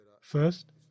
First